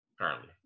Currently